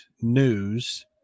news